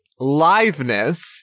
Liveness